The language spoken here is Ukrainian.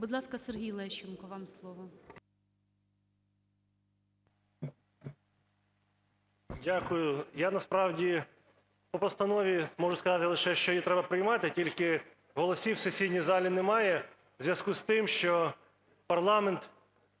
Будь ласка, Сергій Лещенко, вам слово. 10:57:43 ЛЕЩЕНКО С.А. Дякую. Я, насправді, по постанові можу сказати лише, що її треба приймати, тільки голосів в сесійній залі немає у зв'язку з тим, що парламент